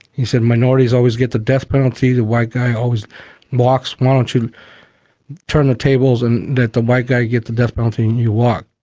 he said, minorities always get the death penalty, the white guy always walks, why don't you turn the tables and let the white guy get the death penalty and you walk?